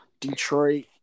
Detroit